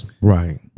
Right